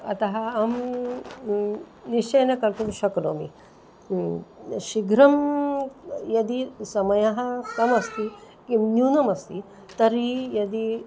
अतः अहं निश्चयेन कर्तुं शक्नोमि शीघ्रं यदि समयः किमस्ति किं न्यूनमस्ति तर्हि यदि